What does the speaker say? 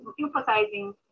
emphasizing